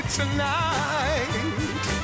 tonight